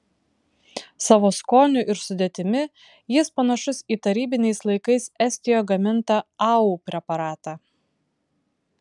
savo skoniu ir sudėtimi jis panašus į tarybiniais laikais estijoje gamintą au preparatą